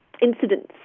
incidents